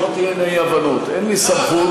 שלא תהיינה אי-הבנות, אין לי סמכות.